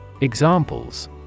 Examples